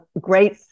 great